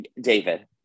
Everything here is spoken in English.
David